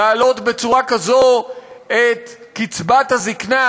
להעלות בצורה כזו את קצבת הזיקנה,